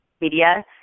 media